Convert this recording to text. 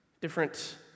different